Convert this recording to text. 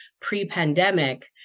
pre-pandemic